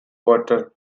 water